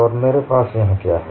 और मेरे पास यहाँ क्या है